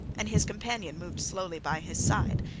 and his companion moved slowly by his side,